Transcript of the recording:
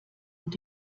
und